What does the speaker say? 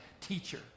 teacher